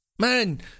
man